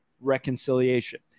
reconciliation